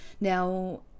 Now